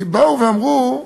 כי באו ואמרו,